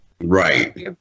Right